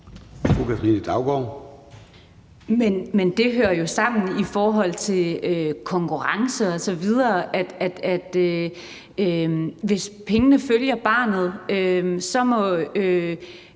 Det hører jo sammen med konkurrence osv. Hvis pengene følger barnet, må